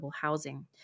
housing